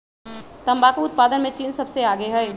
तंबाकू उत्पादन में चीन सबसे आगे हई